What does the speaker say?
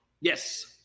Yes